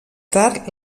tard